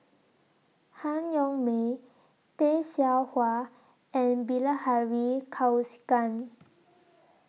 Han Yong May Tay Seow Huah and Bilahari Kausikan